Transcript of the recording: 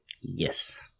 Yes